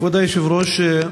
כבוד היושב-ראש,